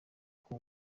uko